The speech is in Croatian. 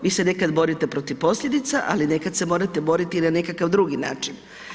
Vi se nekad borite protiv posljedica, ali nekad se morate boriti i na nekakav drugi način.